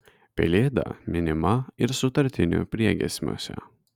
pelėda minima ir sutartinių priegiesmiuose